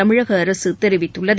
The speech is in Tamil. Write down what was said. தமிழக அரசு தெரிவித்துள்ளது